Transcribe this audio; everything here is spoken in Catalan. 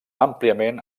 àmpliament